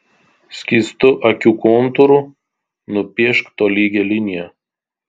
skystu akių kontūru nupiešk tolygią liniją